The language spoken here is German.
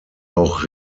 auch